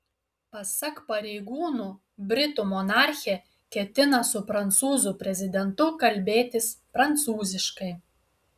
pasak pareigūnų britų monarchė ketina su prancūzų prezidentu kalbėtis prancūziškai